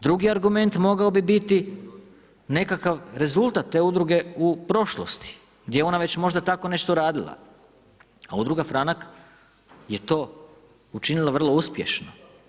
Drugi argument mogao bi biti nekakav rezultat te udruge u prošlosti gdje je ona već možda tako nešto radila a Udruga Franak je to učinila vrlo uspješno.